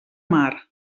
mar